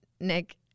Nick